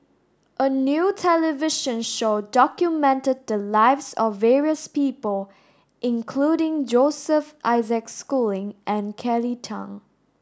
a new television show documented the lives of various people including Joseph Isaac Schooling and Kelly Tang